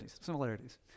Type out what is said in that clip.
similarities